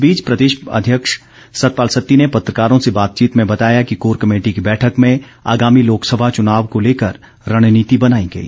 इस बीच प्रदेश अध्यक्ष सतपाल सत्ती ने पत्रकारों से बातचीत में बताया कि कोर कमेटी की बैठक में आगामी लोकसभा चुनाव को लेकर रणनीति बनाई गई